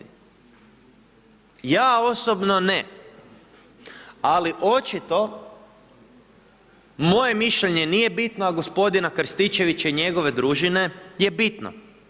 Ja osobno ne, ali očito moje mišljenje nije bitno, a gospodina Krstičevića i njegove družine je bitno.